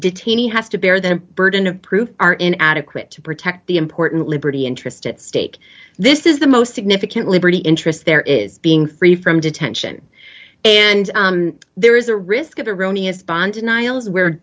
detainees has to bear the burden of proof are in adequate to protect the important liberty interest at stake this is the most significant liberty interest there is being free from detention and there is a risk of